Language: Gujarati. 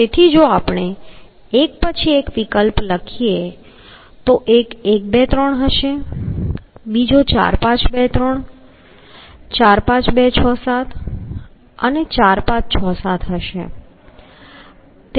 તેથી જો આપણે એક પછી એક વિકલ્પ લખીએ તો એક 1 2 3 હશે બીજો 4 5 2 3 4 5 2 6 7 અને 4 5 6 7 હશે